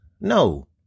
No